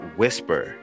whisper